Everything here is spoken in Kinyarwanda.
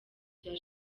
bya